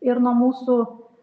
ir nuo mūsų